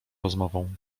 rozmową